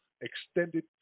extended